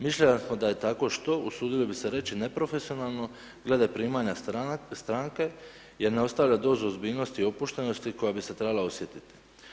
Mišljenja smo da je tako što, usudili bi se reći neprofesionalno glede primanje stranke, jer ne ostavlja dozu ozbiljnosti i opuštenosti koja bi se trebala osjetiti.